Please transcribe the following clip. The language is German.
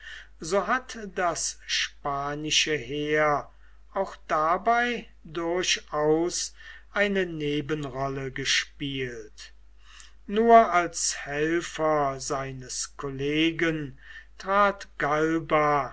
so hat das spanische heer auch dabei durchaus eine nebenrolle gespielt nur als helfer seines kollegen trat galba